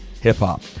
hip-hop